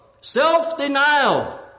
Self-denial